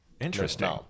Interesting